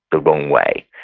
the wrong way.